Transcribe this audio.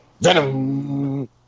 Venom